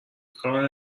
کار